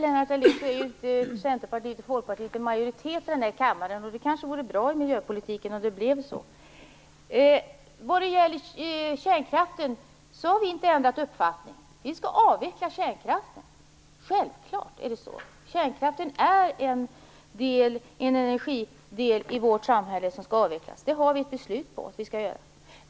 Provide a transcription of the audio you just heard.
Fru talman! Centerpartiet och Folkpartiet är ju inte i majoritet i denna kammare, Lennart Daléus, men det vore kanske bra för miljöpolitiken om det blev så. Vad gäller kärnkraften har vi inte ändrat uppfattning. Vi skall avveckla kärnkraften, självklart är det så. Kärnkraften är en energidel i vårt samhälle som skall avvecklas. Det har vi ett beslut på att vi skall göra.